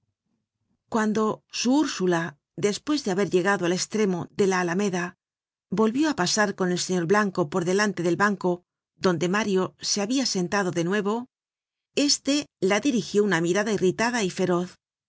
cuando su ursula despues de haber llegado al estremo de la alameda volvió á pasar con el señor blanco por delante del banco donde mario se habia sentado de nuevo éste la dirigió